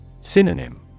Synonym